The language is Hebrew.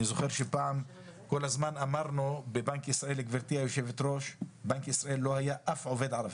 אני זוכר שפעם בבנק ישראל לא היה אף עובד ערבי.